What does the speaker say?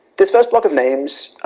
this first block of names,